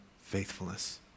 faithfulness